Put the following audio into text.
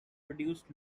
produced